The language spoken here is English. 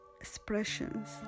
expressions